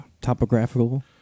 topographical